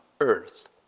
earth